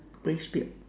grey beard